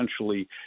Essentially